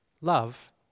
Love